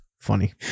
funny